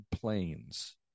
planes